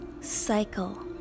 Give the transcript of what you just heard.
cycle